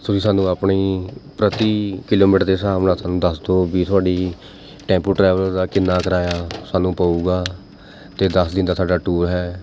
ਤੁਸੀਂ ਸਾਨੂੰ ਆਪਣੀ ਪ੍ਰਤੀ ਕਿਲੋਮੀਟਰ ਦੇ ਹਿਸਾਬ ਨਾਲ਼ ਸਾਨੂੰ ਦੱਸ ਦਿਉ ਵੀ ਤੁਹਾਡੀ ਟੈਂਪੂ ਟ੍ਰੈਵਲਰ ਦਾ ਕਿੰਨਾ ਕਿਰਾਇਆ ਸਾਨੂੰ ਪਵੇਗਾ ਅਤੇ ਦਸ ਦਿਨ ਦਾ ਸਾਡਾ ਟੂਰ ਹੈ